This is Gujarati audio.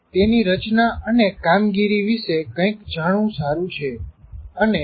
તેની રચના અને કામગીરી વિશે કંઈક જાણવું સારું છે